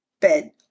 bed